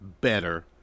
better